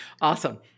Awesome